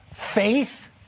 faith